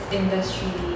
industry